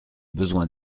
besoin